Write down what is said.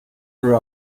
her